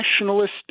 nationalist